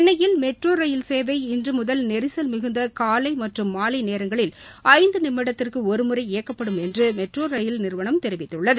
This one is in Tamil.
சென்னையில் மெட்ரோ ரயில் சேவை இன்று முதல் நெரிசல் மிகுந்த காலை மற்றும் மாலை நேரங்களில் ஐந்து நிமிடத்திற்கு ஒரு முறை இயக்கப்படும் என்று மெட்ரோ ரயில் நிறுவனம் தெரிவித்துள்ளது